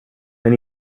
men